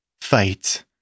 fight